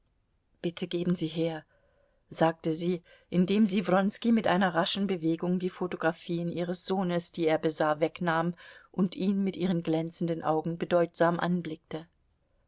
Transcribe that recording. bitte geben sie her sagte sie indem sie wronski mit einer raschen bewegung die photographien ihres sohnes die er besah wegnahm und ihn mit ihren glänzenden augen bedeutsam anblickte